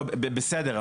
בסדר,